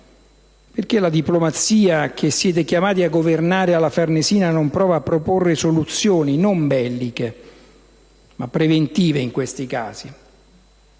Perché la diplomazia che siete chiamati a governare alla Farnesina non prova a proporre soluzioni, non belliche, ma preventive in questi casi?